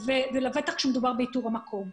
לבטח כאשר מדובר באיתור המיקום.